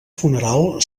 funeral